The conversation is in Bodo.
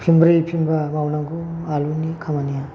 फिनब्रै फिनबा मावनांगौ आलुनि खामानिया